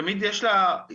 תמיד יש חלופות.